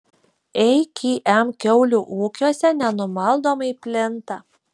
akm kiaulių ūkiuose nenumaldomai plinta